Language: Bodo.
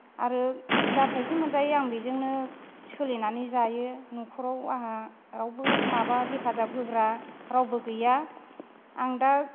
आरो जा थायसे मोनजायो आं बेजोंनो सोलिनानै जायो न'खराव आंहा रावबो माबा हेफाजाब होग्रा रावबो गैया आं दा